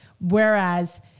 Whereas